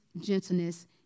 gentleness